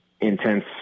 intense